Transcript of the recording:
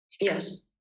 Yes